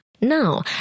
Now